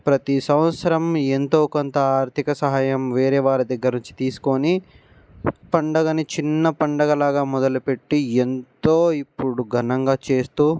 ప్రతీ సంవత్సరం ఎంతో కొంత ఆర్థిక సహాయం వేరే వారి దగ్గర నుంచి తీసుకొని పండగని చిన్న పండగలాగా మొదలుపెట్టి ఎంతో ఇప్పుడు ఘనంగా చేస్తూ